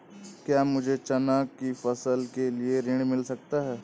क्या मुझे चना की फसल के लिए ऋण मिल सकता है?